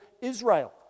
Israel